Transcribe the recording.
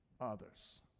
others